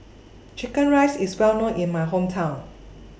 Chicken Rice IS Well known in My Hometown